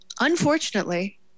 unfortunately-